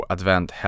Advent